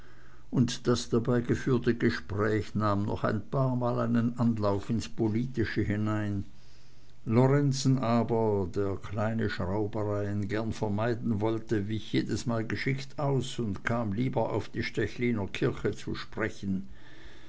und das dabei geführte gespräch nahm noch ein paarmal einen anlauf ins politische hinein lorenzen aber der kleine schraubereien gern vermeiden wollte wich jedesmal geschickt aus und kam lieber auf die stechliner kirche zu sprechen